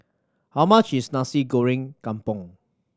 how much is Nasi Goreng Kampung